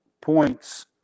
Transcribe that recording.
points